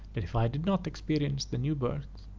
that if i did not experience the new birth,